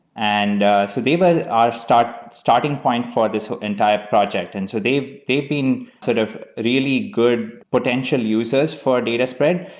and so they were but our start starting point for this entire project. and so they've they've been sort of really good potential users for data spread.